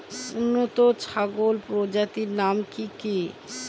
উন্নত ছাগল প্রজাতির নাম কি কি?